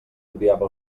odiava